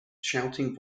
shouting